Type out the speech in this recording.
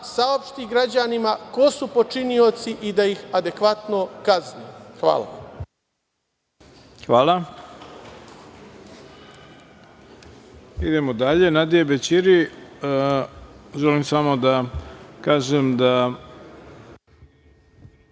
saopšti građanima ko su počinioci i da ih adekvatno kazne. Hvala. **Ivica Dačić** Hvala. Idemo dalje, Nadije Bećiri. Želim samo da kažem da